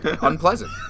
unpleasant